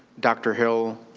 dr. hill,